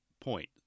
point